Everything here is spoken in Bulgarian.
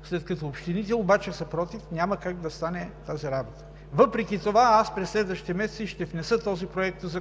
но след като общините са против, няма как да стане тази работа. Въпреки това аз през следващите месеци ще внеса този законопроект и ще